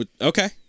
Okay